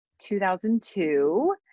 2002